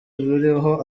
ruriho